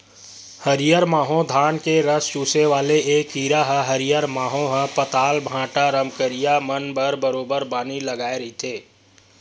हरियर माहो धान के रस चूसे वाले ऐ कीरा ह हरियर माहो ह पताल, भांटा, रमकरिया मन म बरोबर बानी लगाय रहिथे